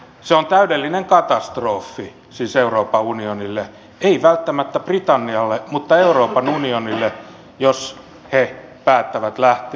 se on täydellinen katastrofi euroopan unionille ei välttämättä britannialle mutta euroopan unionille jos he päättävät lähteä